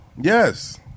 Yes